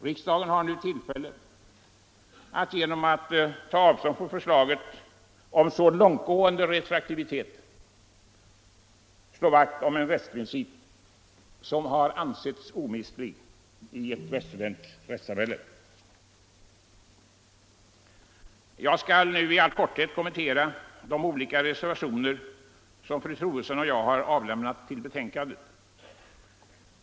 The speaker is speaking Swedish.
Riksdagen har nu tillfälle att genom att ta avstånd från förslaget om en så långtgående retroaktivitet slå vakt om en rättsprincip, som ansetts omistlig i ett västerländskt rättssamhälle. Jag skall nu i all korthet kommentera de olika reservationer som fru Troedsson och jag har avlämnat till betänkandet.